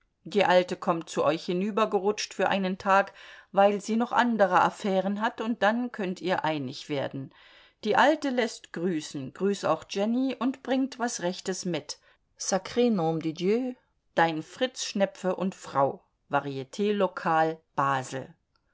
die alte kommt zu euch hinübergerutscht für einen tag weil sie noch andere affären hat und dann könnt ihr einig werden die alte läßt grüßen grüß auch jenny und bringt was rechtes mit sacr nom du dieu dein fritz schnepfe und frau varietlokal basel